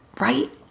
right